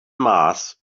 mass